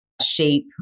shape